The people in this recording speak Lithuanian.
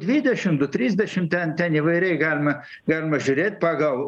dvidešim du trisdešim ten ten įvairiai galima galima žiūrėt pagal